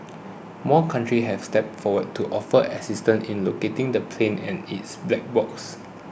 more countries have stepped forward to offer assistance in locating the plane and its black boxes